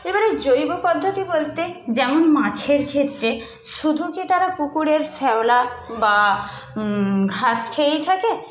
এবারে জৈব পদ্ধতি বলতে যেমন মাছের ক্ষেত্রে শুধু কি তারা পুকুরের শ্যাওলা বা ঘাস খেয়েই থাকে